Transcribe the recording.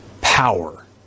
power